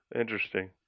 interesting